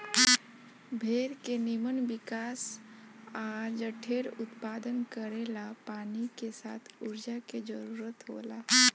भेड़ के निमन विकास आ जढेर उत्पादन करेला पानी के साथ ऊर्जा के जरूरत होला